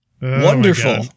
wonderful